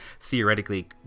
theoretically